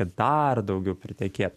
kad dar daugiau pritekėtų